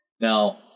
Now